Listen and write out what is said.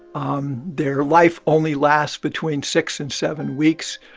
um their life only lasts between six and seven weeks.